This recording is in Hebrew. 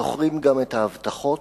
זוכרים גם את ההבטחות,